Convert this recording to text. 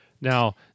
Now